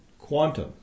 quantum